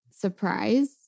surprise